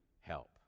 help